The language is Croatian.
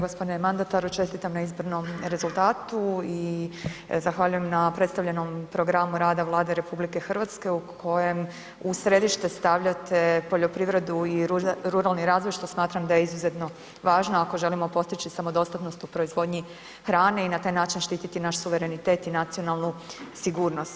Gospodine mandataru, čestitam na izbornom rezultatu i zahvaljujem na predstavljenom programu rada Vlade RH u kojem u središte stavljate poljoprivredu i ruralni razvoj što smatram da je izuzetno važno ako želimo postići samodostatnost u proizvodnji hrane i na taj način štititi naš suverenitet i nacionalnu sigurnost.